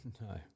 No